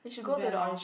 too bad lor